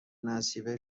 نصیب